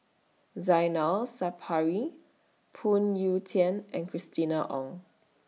Zainal Sapari Phoon Yew Tien and Christina Ong